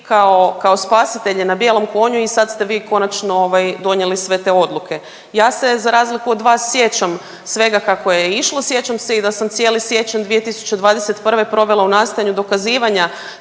kao spasitelji na bijelom konju i sad ste vi konačno ovaj donijeli sve te odluke. Ja se za razliku od vas sjećam svega kako je išlo, sjećam se i da sam cijeli siječanj 2021. provela u nastojanju dokazivanja